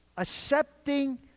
Accepting